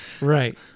Right